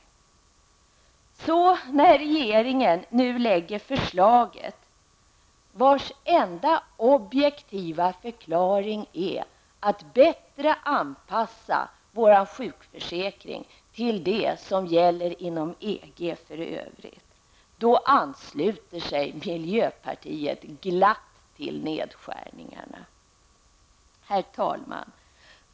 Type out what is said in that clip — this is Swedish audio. Men när nu regeringen lägger fram ett förslag vars enda objektiva förklaring är att vår sjukförsäkring skall anpassas till vad som gäller inom EG för övrigt, då ansluter sig miljöpartiet glatt till nedskärningarna. Herr talman!